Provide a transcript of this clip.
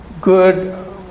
good